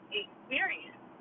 experience